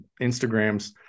Instagrams